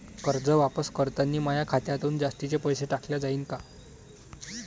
कर्ज वापस करतांनी माया खात्यातून जास्तीचे पैसे काटल्या जाईन का?